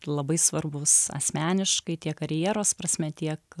labai svarbus asmeniškai tiek karjeros prasme tiek